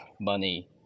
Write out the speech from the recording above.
money